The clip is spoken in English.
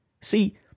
See